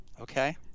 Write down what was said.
Okay